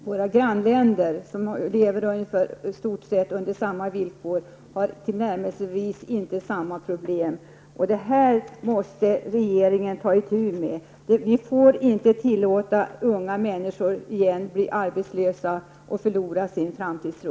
Våra grannländer, som lever under i stort sett samma villkor, har inte tillnärmelsevis samma problem. Detta måste regeringen ta itu med. Vi får inte på nytt tillåta att unga människor blir arbetslösa och förlorar sin framtidstro.